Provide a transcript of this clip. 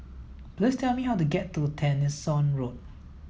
please tell me how to get to Tessensohn Road